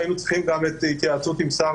היינו צריכים גם את ההתייעצות עם שר